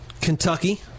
Kentucky